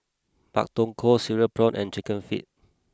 Pak Thong Ko Cereal Prawns and Chicken Feet